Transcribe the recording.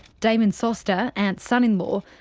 damon soster, ant's son in law,